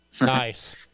Nice